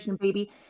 baby